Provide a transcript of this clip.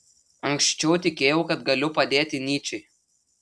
anksčiau tikėjau kad galiu padėti nyčei